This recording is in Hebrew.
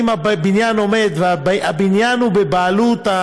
אם הבניין עומד, הבניין הוא בבעלות,